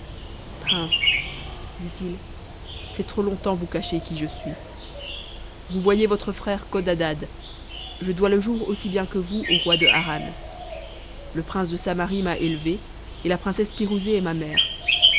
princes dit-il c'est trop longtemps vous cacher qui je suis vous voyez votre frère codadad je dois le jour aussi bien que vous au roi de harran le prince de samarie m'a élevé et la princesse pirouzé est ma mère